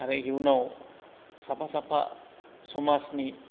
आरो इयुनाव साफा साफा समाजनि